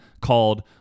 called